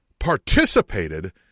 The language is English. participated